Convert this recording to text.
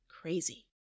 crazy